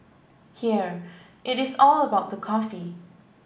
here it is all about the coffee